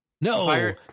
No